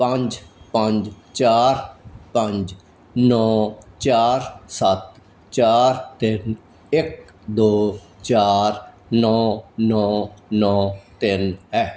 ਪੰਜ ਪੰਜ ਚਾਰ ਪੰਜ ਨੌ ਚਾਰ ਸੱਤ ਚਾਰ ਤਿੰਨ ਇੱਕ ਦੋ ਚਾਰ ਨੌ ਨੌ ਨੌ ਤਿੰਨ ਹੈ